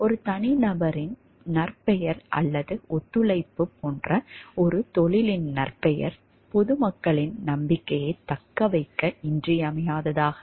ஒரு தனிநபரின் நற்பெயர் அல்லது ஒத்துழைப்பு போன்ற ஒரு தொழிலின் நற்பெயர் பொதுமக்களின் நம்பிக்கையைத் தக்கவைக்க இன்றியமையாதது